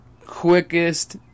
quickest